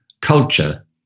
culture